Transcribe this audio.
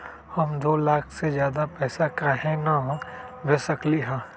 हम दो लाख से ज्यादा पैसा काहे न भेज सकली ह?